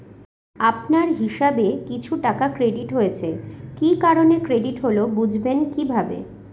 আপনার হিসাব এ কিছু টাকা ক্রেডিট হয়েছে কি কারণে ক্রেডিট হল বুঝবেন কিভাবে?